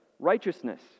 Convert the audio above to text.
Righteousness